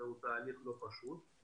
זה תהליך לא פשוט.